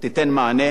תיתן מענה,